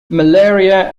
malaria